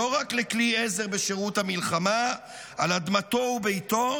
לא רק לכלי עזר בשירות המלחמה על אדמתו וביתו,